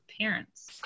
parents